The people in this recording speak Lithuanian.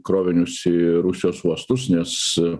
krovinius į rusijos uostus nes